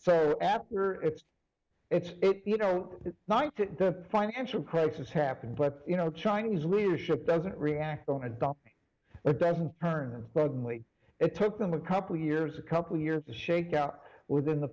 so it's it's you know it's not the financial crisis happened but you know chinese leadership doesn't react on a dock that doesn't turn well it took them a couple years a couple years to shake out within the